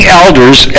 elders